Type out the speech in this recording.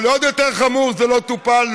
אבל עוד יותר חמור, זה לא טופל.